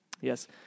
Yes